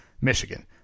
Michigan